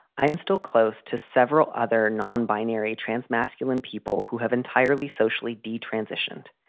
i am still close to several other non binary trans masculine people who have entirely socially d transitioned.